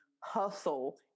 hustle